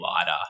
lighter